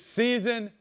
season